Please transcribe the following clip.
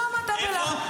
למה אתה בלחץ?